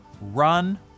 run